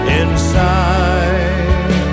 inside